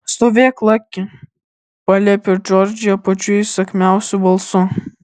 stovėk laki paliepė džordžija pačiu įsakmiausiu balsu